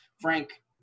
Frank